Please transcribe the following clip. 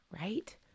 right